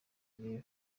bireba